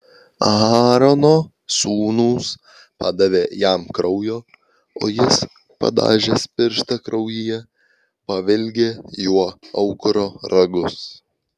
aarono sūnūs padavė jam kraujo o jis padažęs pirštą kraujyje pavilgė juo aukuro ragus